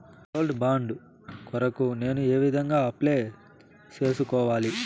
Gold bond కొరకు నేను ఏ విధంగా అప్లై సేసుకోవాలి?